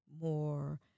more